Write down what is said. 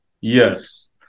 Yes